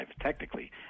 technically